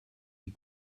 die